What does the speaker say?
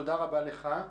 תודה רבה לך.